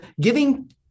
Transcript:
giving